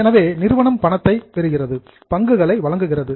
எனவே நிறுவனம் பணத்தைப் பெறுகிறது பங்குகளை வழங்குகிறது